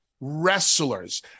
wrestlers